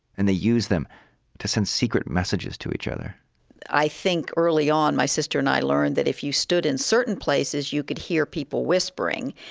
and they used them to send secret messages to each other i think early on, my sister and i learned that if you stood in certain places, you could hear people whispering.